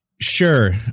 Sure